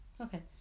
Okay